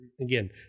again